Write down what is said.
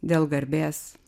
dėl garbės